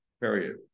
period